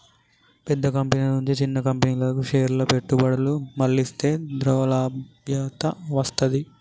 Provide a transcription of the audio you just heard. పెద్ద కంపెనీల నుంచి చిన్న కంపెనీలకు షేర్ల పెట్టుబడులు మళ్లిస్తే ద్రవ్యలభ్యత వత్తది